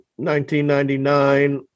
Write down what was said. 1999